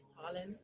holland